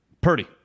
Purdy